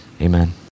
amen